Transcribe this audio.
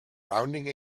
rounding